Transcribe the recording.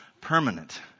permanent